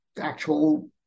actual